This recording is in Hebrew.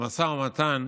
במשא ומתן,